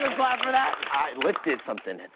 clap for that. i lifted something.